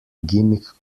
gimmick